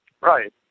Right